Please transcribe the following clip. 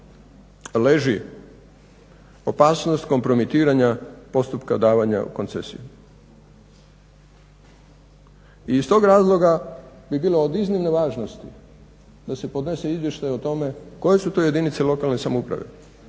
leži opasnost kompromitiranja postupka davanja u koncesiju. I iz tog razloga bi bilo od iznimne važnosti da se podnese izvješće o tome koje su to jedinice lokalne samouprave